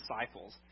disciples